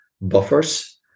buffers